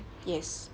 yes